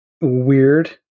weird